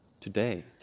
today